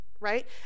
right